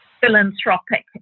philanthropic